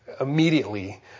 immediately